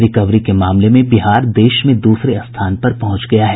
recovery के मामले में बिहार देश में दूसरे स्थान पर पहुंच गया है